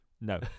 no